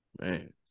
man